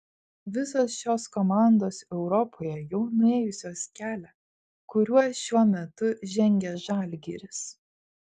visos šios komandos europoje jau nuėjusios kelią kuriuo šiuo metu žengia žalgiris